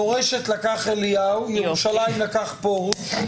מורשת לקח אליהו, ירושלים לקח פרוש.